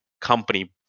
company